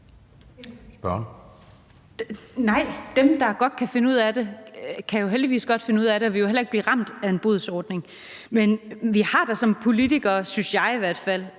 (LA): Nej, dem, der godt kan finde ud af det, kan heldigvis godt finde ud af det, og de vil jo heller ikke blive ramt af en bodsordning. Men vi har da som politikere, synes jeg – det er